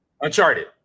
Uncharted